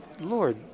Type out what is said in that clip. Lord